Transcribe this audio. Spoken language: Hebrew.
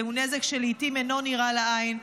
זהו נזק שלעיתים אינו נראה לעין,